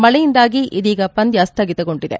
ಮಳೆಯಿಂದಾಗಿ ಇದೀಗ ಪಂದ್ಯ ಸ್ವಗಿತಗೊಂಡಿದೆ